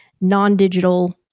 non-digital